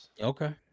Okay